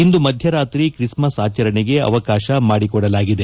ಇಂದು ಮಧ್ಯರಾತ್ರಿ ಕ್ರಿಸ್ಮಸ್ ಆಚರಣೆಗೆ ಅವಕಾಶ ಮಾಡಿಕೊಡಲಾಗಿದೆ